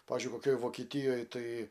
pavyzdžiui kokioj vokietijoj tai